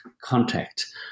contact